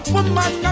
Woman